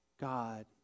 God